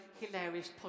hilarious